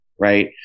right